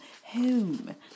home